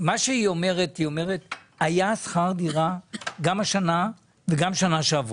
היא אומרת שהיה שכר דירה גם שנה שעברה וגם השנה.